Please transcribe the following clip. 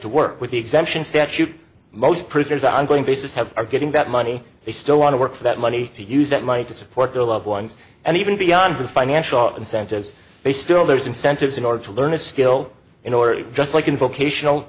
to work with the exemption statute most prisoners ongoing basis have are getting that money they still want to work for that money to use that money to support their loved ones and even beyond the financial incentives they still there's incentives in order to learn a skill in order just like in vocational